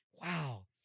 wow